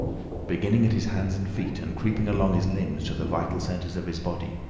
beginning at his hands and feet and creeping along his limbs to the vital centres of his body,